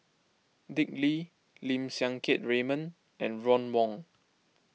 Dick Lee Lim Siang Keat Raymond and Ron Wong